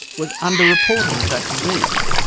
was under-reporting of that disease,